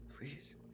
please